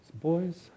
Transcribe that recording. boys